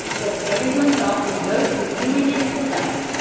but everyone thought the goat was doing it himself.